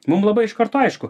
mum labai iš karto aišku